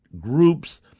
groups